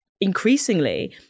increasingly